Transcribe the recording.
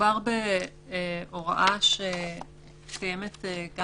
ההוראה הזו של